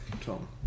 Tom